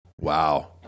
Wow